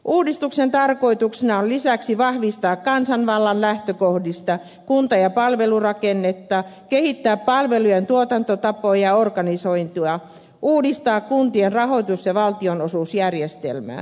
uudistuksen tarkoituksena on lisäksi vahvistaa kansanvallan lähtökohdista kunta ja palvelurakennetta kehittää palvelujen tuotantotapoja ja organisointia uudistaa kuntien rahoitus ja valtionosuusjärjestelmää